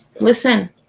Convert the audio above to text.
Listen